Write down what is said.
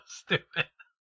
stupid